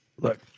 look